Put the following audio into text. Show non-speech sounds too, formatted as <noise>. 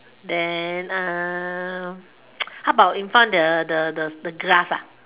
then uh <noise> how about in front the the the grass ah